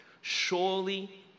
Surely